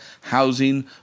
housing